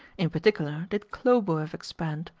in particular did khlobuev expand,